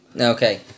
Okay